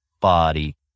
body